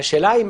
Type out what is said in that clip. והשאלה היא,